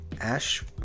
Ash